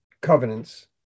covenants